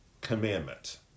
commandment